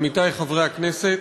עמיתי חברי הכנסת,